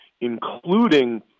including